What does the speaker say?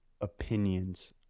opinions